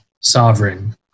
sovereign